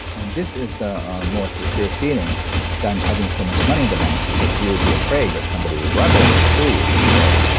and this is the more secure feeling than having so much money in the bank because you'll be afraid that somebody will rob it or sue you. so,